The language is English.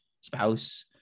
spouse